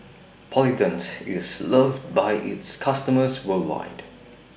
Polident IS loved By its customers worldwide